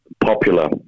popular